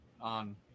on